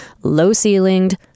low-ceilinged